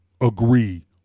agree